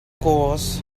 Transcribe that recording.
course